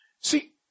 See